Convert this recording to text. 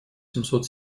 семьсот